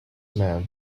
man